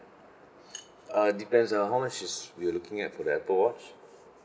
uh depends uh how much is we are looking at that for the apple watch